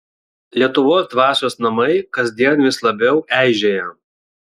lietuvos dvasios namai kasdien vis labiau eižėja